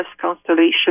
constellation